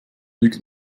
lügt